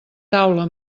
taula